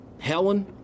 Helen